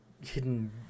hidden